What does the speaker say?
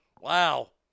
Wow